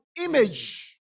image